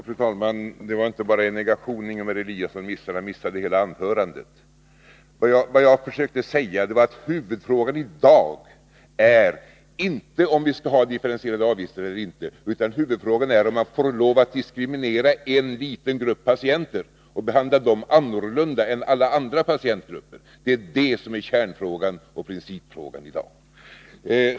Fru talman! Det var inte bara en negation som Ingemar Eliasson missade — han missade hela anförandet. Vad jag försökte säga var att huvudfrågan i dag inte är om vi skall ha differentierade avgifter eller inte, utan om man får lov att diskriminera en liten grupp patienter och behandla den annorlunda än alla andra patientgrupper. Det är det som är kärnfrågan och principfrågan i dag.